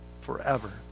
forever